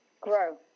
grow